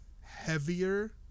heavier